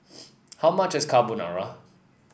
how much is Carbonara